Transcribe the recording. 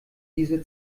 diese